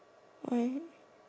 why